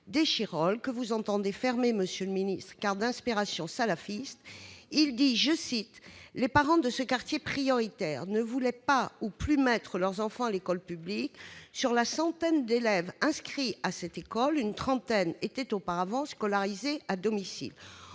d'Échirolles, que vous entendez fermer, monsieur le ministre, car « d'inspiration salafiste ». Il dit :« Les parents de ce quartier prioritaire ne voulaient pas ou plus mettre leurs enfants à l'école publique. Sur la centaine d'élèves inscrits à cette école, une trentaine était auparavant scolarisée à domicile. »